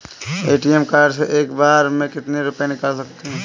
ATM card से हम एक बार में कितने रुपये निकाल सकते हैं?